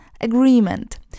agreement